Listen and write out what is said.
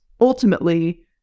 ultimately